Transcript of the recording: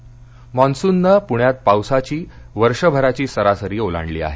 पाऊस मॉन्सूनने पुण्यात पावसाची वर्षभराची सरासरी ओलांडली आहे